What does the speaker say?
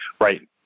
right